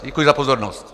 Děkuji za pozornost.